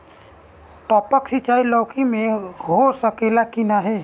टपक सिंचाई लौकी में हो सकेला की नाही?